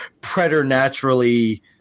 preternaturally –